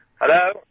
Hello